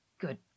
good